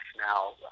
now